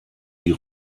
die